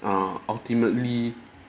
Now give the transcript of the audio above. err ultimately